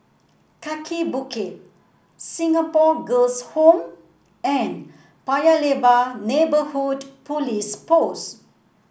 Kaki Bukit Singapore Girls' Home and Paya Lebar Neighbourhood Police Post